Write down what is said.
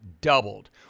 doubled